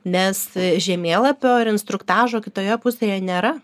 nes žemėlapio ir instruktažo kitoje pusėje nėra